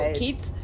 kids